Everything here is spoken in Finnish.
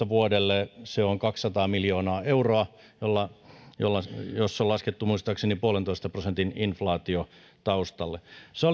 vuodelle kaksituhattakahdeksantoista se on kaksisataa miljoonaa euroa johon on laskettu muistaakseni puolentoista prosentin inflaatio taustalle